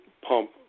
pump